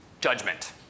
Judgment